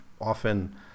often